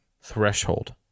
threshold